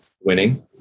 winning